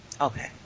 okay